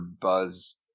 buzz